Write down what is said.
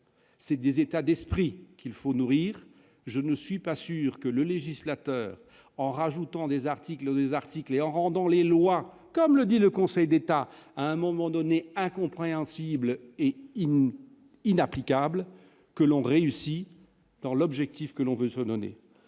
C'est des états d'esprit qu'il faut nourrir, je ne suis pas sûr que le législateur, en rajoutant des articles ou des articles et en rendant les lois, comme l'a dit le Conseil d'État, à un moment donné, incompréhensible et il ne inapplicable, que l'on réussit. Dans l'objectif que l'on veut donner